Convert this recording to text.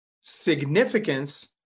significance